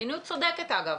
מדיניות צודקת, אגב.